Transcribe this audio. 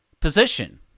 position